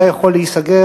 היה יכול להיסגר